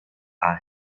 our